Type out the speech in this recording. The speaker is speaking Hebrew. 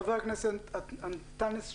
חבר הכנסת אנטאנס שחאדה.